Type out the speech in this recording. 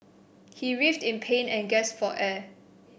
he writhed in pain and gasped for air